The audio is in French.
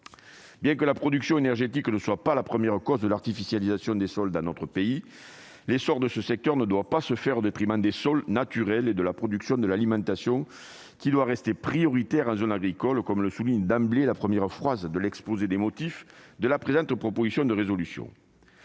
Bien que la production énergétique ne soit pas la première cause de l'artificialisation des sols dans notre pays, l'essor de ce secteur ne doit pas se faire au détriment des sols naturels et de la production alimentaire, laquelle doit rester prioritaire en zone agricole, comme le souligne d'emblée la première phrase de l'exposé des motifs de la présente proposition de résolution.